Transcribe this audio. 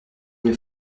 une